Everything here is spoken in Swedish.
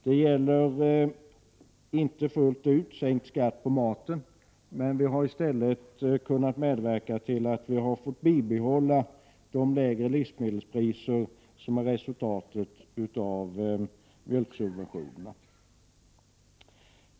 Det gäller inte fullt ut sänkt skatt på mat, men vi har i stället kunnat medverka till att vi har fått bibehålla de lägre livsmedelspriser som är en följd av mjölksubventionerna.